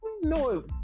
no